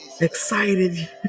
excited